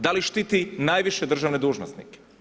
Da li štiti najviše državne dužnosnike?